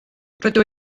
rydw